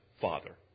father